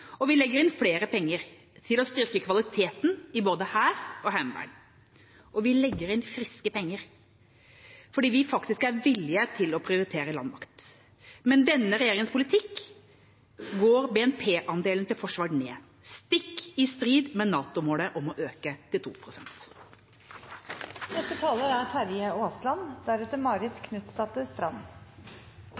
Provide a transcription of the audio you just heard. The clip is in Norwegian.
og vi legger inn flere penger til å styrke kvaliteten i både hær og heimevern. Og vi legger inn friske penger, fordi vi faktisk er villige til å prioritere landmakten. Men med denne regjeringas politikk går BNP-andelen til forsvar ned, stikk i strid med NATO-målet om å øke til